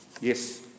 Yes